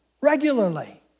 regularly